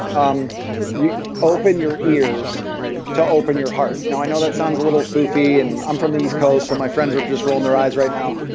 um yeah open your ears to open your heart. i know that sounds a little foofy, and i'm from the east coast, so my friends are just rolling their eyes right now,